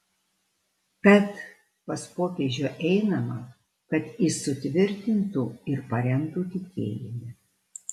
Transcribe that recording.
tad pas popiežių einama kad jis sutvirtintų ir paremtų tikėjime